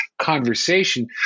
conversation